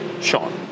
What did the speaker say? Sean